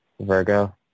Virgo